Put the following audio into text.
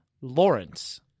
Lawrence